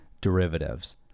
derivatives